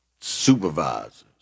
supervisors